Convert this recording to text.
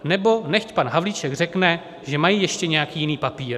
Nebo nechť pan Havlíček řekne, že mají ještě nějaký jiný papír.